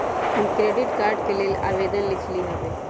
हम credit card के लेल आवेदन लिखली हबे